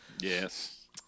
yes